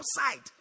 outside